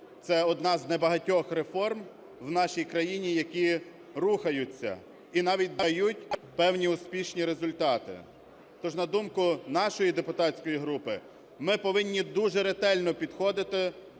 це одна з небагатьох реформ в нашій країні, які рухають і навіть дають певні успішні результати. Тож на думку нашої депутатської групи, ми повинні дуже ретельно підходити